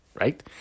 right